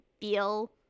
feel